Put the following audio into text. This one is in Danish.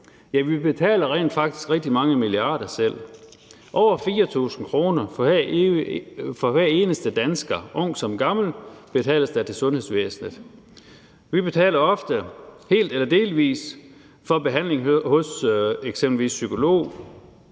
ja, vi betaler rent faktisk rigtig mange milliarder selv – over 4.000 kr. fra hver eneste dansker, ung som gammel, betales der til sundhedsvæsenet. Vi betaler ofte helt eller delvis for behandling hos eksempelvis psykolog,